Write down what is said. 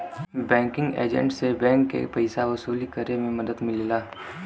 banking agent से bank के पइसा वसूली करे में मदद मिलेला